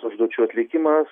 užduočių atlikimas